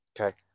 Okay